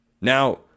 Now